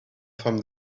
from